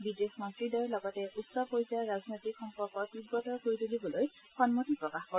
বিদেশ মন্ত্ৰীদ্বয়ে লগতে উচ্চ পৰ্য্যায়ৰ ৰাজনৈতিক সম্পৰ্ক তীৱতৰ কৰি তুলিবলৈ সন্মতি প্ৰকাশ কৰে